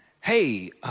hey